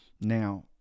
now